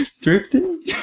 Drifting